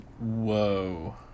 Whoa